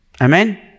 Amen